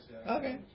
Okay